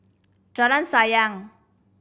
Jalan Sayang